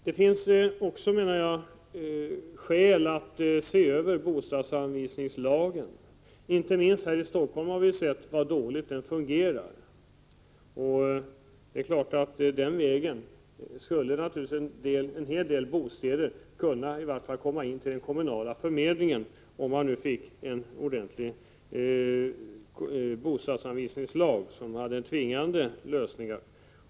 Det finns också skäl att se över bostadsanvisningslagen. Inte minst här i Stockholm har vi konstaterat hur dåligt denna lag fungerar. Om vi fick en ordentlig bostadsanvisningslag, med tvingande regler, är det klart att en hel del bostäder den vägen i vart fall skulle komma in till den lokala bostadsförmedlingen.